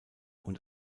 und